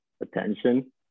attention